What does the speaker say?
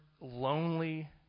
lonely